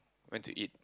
went to eat